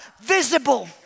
visible